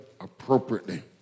appropriately